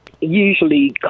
usually